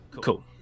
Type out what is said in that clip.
Cool